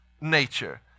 nature